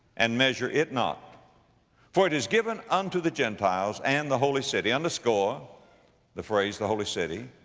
and measure it not for it is given unto the gentiles and the holy city, underscore the phrase, the holy city,